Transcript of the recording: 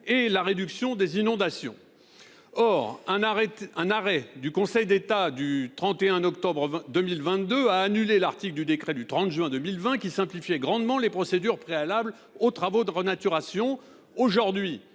et la réduction des inondations. Or un arrêt du Conseil d'État du 31 octobre 2022 a annulé l'article du décret du 30 juin 2020 qui simplifiait grandement les procédures préalables aux travaux de renaturation. Aujourd'hui,